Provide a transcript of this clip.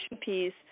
piece